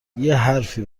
حرفی